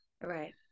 right